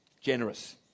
generous